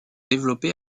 développés